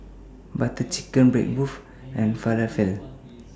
Butter Chicken Bratwurst and Falafel